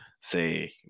Say